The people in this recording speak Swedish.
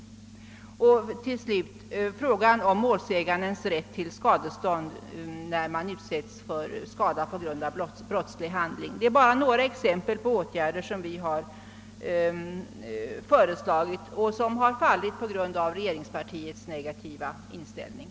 Vidare har vi tagit upp frågan om målsägandes rätt till skadestånd när man utsätts för brottslig handling. Detta är bara några exempel på åtgärder som vi har föreslagit men som fallit på grund av regeringspartiets negativa inställning.